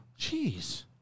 Jeez